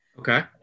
Okay